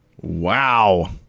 Wow